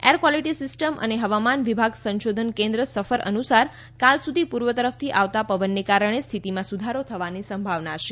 air quality system અને હવામાન વિભાગ સંશોધન કેન્ર્વ સફર અનુસાર કાલ સુધી પૂર્વ તરફથી આવતા પવનને કારણે સ્થિતિમાં સુધારો થવાની સંભાવના છે